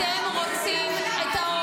אתם רוצים סלקציה על אבות?